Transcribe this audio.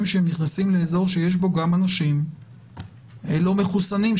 שהם נכנסים לאזור שיש בו גם אנשים לא מחוסנים,